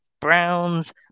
Browns